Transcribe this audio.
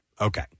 Okay